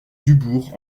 dubourg